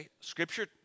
Scripture